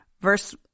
verse